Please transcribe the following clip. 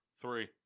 Three